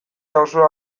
osoa